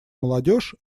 молодежь